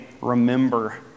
remember